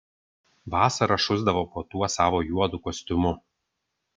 vasarą šusdavo po tuo savo juodu kostiumu